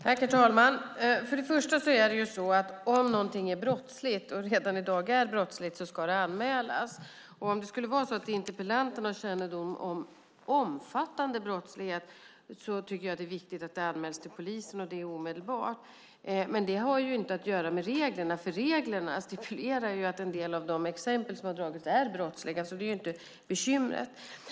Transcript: Herr talman! Först och främst vill jag säga: Om någonting redan i dag är brottsligt ska det anmälas, och om interpellanten har kännedom om omfattande brottslighet tycker jag att det är viktigt att det anmäls till polisen, och det omedelbart. Men det har ingenting att göra med reglerna, för reglerna stipulerar att en del av de exempel som har dragits är brottsliga. Det är alltså inte bekymret.